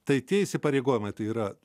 tai tie įsipareigojimai tai yra